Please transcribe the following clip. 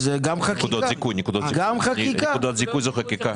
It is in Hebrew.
נקודות זיכוי זו חקיקה.